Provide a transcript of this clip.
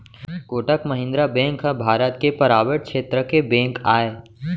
Kotak Mahindra bank ह भारत के private छेत्र के बेंक आय